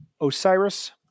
Osiris